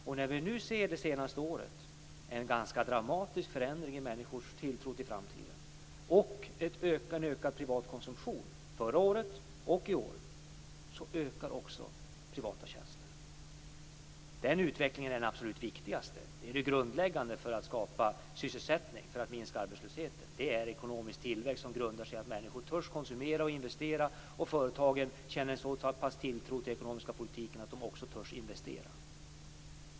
Det senaste året har vi sett en ganska dramatisk förändring i människors tilltro till framtiden och en ökad privat konsumtion. Förra året och i år har också privata tjänster ökat. Den utvecklingen är den absolut viktigaste. Det är det grundläggande för att skapa sysselsättning, för att minska arbetslösheten. Det är ekonomisk tillväxt som grundar sig på att människor törs konsumera och investera och på att företagen känner så pass stor tilltro till den ekonomiska politiken att de också törs investera.